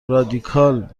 رادیکال